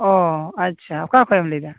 ᱚᱻ ᱟᱪᱪᱷᱟ ᱚᱠᱟ ᱠᱷᱚᱱᱮᱢ ᱞᱟ ᱭᱮᱫᱟ